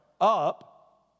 Up